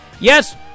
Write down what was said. Yes